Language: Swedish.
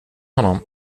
honom